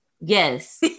Yes